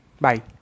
Bye